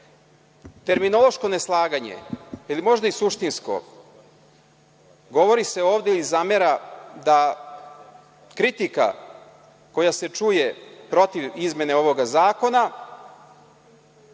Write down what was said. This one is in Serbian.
prečac. Terminološko neslaganje ili možda i suštinsko. Govori se ovde i zamera da kritika koja se čuje protiv izmene ovoga zakona